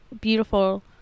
beautiful